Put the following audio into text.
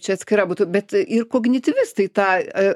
čia atskira būtų bet ir kognityvistai tą e